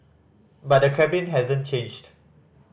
but the Kremlin hasn't changed